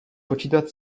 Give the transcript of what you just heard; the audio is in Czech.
počítat